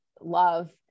love